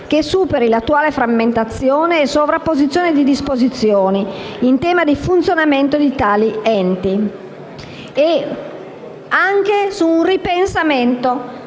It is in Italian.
che superi l'attuale frammentazione e sovrapposizione di disposizioni in tema di funzionamento di tali enti; e anche su un ripensamento